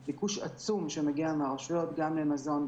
יש ביקוש עצום שמגיע מהרשויות גם למזון,